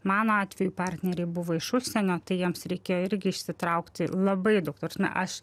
mano atveju partneriai buvo iš užsienio tai jiems reikėjo irgi išsitraukti labai daug ta prasme aš